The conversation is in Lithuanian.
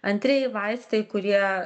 antrieji vaistai kurie